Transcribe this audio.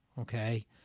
okay